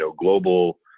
global